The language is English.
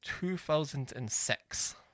2006